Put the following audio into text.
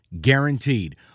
guaranteed